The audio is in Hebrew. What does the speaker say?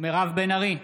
מירב בן ארי,